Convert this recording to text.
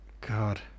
God